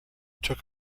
took